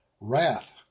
wrath